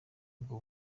ubwo